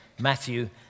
Matthew